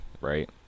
right